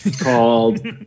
called